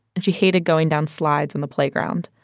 and she hated going down slides on the playground.